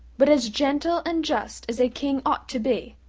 but as gentle and just as a king ought to be.